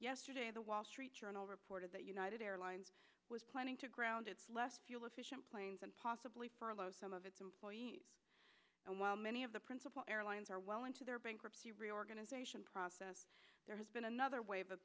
yesterday the wall street journal reported that united airlines was planning to ground its less fuel efficient planes and possibly furlough some of its employees and while many of the principal airlines are well into their bankruptcy reorganization process there has been another wave of